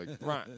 Right